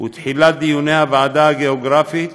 ותחילת דיוני הוועדה הגיאוגרפית,